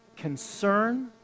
concern